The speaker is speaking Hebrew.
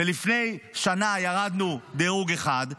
ולפני שנה ירדנו דירוג אחד,